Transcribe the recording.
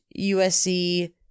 USC